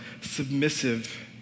submissive